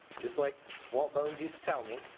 just like walt bones used to tell me